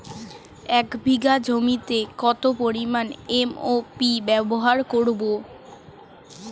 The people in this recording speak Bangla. এক বিঘা জমিতে কত পরিমান এম.ও.পি ব্যবহার করব?